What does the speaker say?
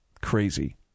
Crazy